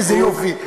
איזה יופי,